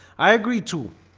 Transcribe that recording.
i agreed to